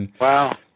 Wow